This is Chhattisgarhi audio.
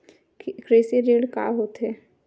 कृषि ऋण का होथे?